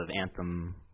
Anthem